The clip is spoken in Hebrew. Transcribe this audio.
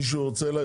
מישהו רוצה?